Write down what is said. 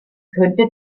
könnte